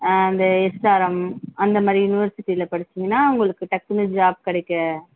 and SRM அந்த மாதிரி யூனிவர்சிட்டியில படிச்சீங்கன்னா உங்களுக்கு டக்குன்னு ஜாப் கிடைக்க